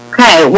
Okay